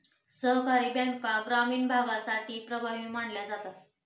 सहकारी बँका ग्रामीण भागासाठी प्रभावी मानल्या जातात